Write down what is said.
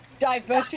diversity